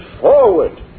forward